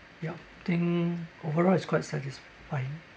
ya I think overall it's quite satisfying